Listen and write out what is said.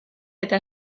eta